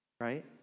Right